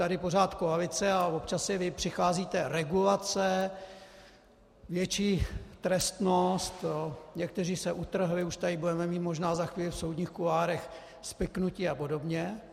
Tady pořád koalice a občas i vy přicházíte regulace, větší trestnost, někteří se utrhli, už tady budeme mít možná za chvíli v soudních kuloárech spiknutí apod.